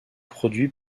produit